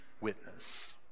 witness